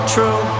True